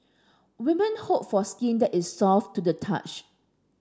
women hope for skin that is soft to the touch